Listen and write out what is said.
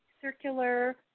circular